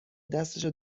دستشو